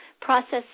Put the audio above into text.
process